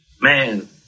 Man